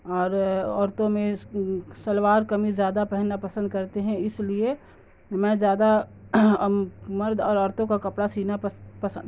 اور عورتوں میں شلوار قمیز زیادہ پہننا پسند کرتے ہیں اس لیے میں زیادہ مرد اور عورتوں کا کپڑا سینا پسند